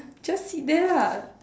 just sit there lah